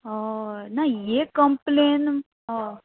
हय ना ही कंप्लेन हय